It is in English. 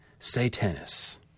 Satanis